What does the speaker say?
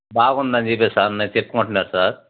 బాగుందని చెప్పారు సార్ నాతో ఎక్కువ అంటున్నారు సార్